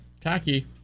Tacky